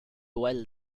well